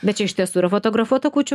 bet čia iš tiesų yra fotografuota kūčių